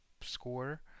score